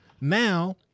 now